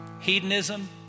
Hedonism